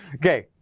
okay.